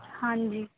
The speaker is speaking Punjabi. ਹਾਂਜੀ